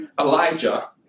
Elijah